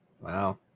wow